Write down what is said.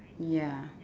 ya